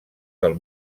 del